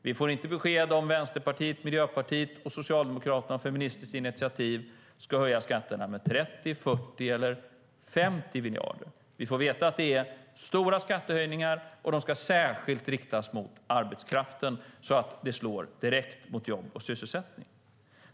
Vi får inte besked om Vänsterpartiet, Miljöpartiet, Socialdemokraterna och Feministiskt initiativ ska höja skatterna med 30, 40 eller 50 miljarder. Vi får veta att det är stora skattehöjningar och att de särskilt ska riktas mot arbetskraften, så att det slår direkt mot jobb och sysselsättning.